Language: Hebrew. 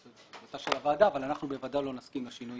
זו החלטה של הוועדה אבל אנחנו בוודאי לא נסכים לשינוי